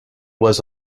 was